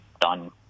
done